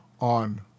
on